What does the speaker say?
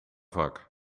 vak